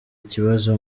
ikibazo